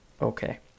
Okay